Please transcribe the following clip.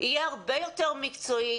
יהיה הרבה יותר מקצועי,